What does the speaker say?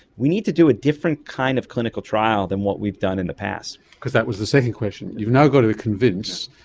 we need to do a different kind of clinical trial than what we've done in the past. because that was the second question. you've now got to convince,